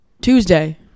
tuesday